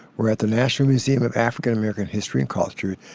we're at the national museum of african-american history and culture,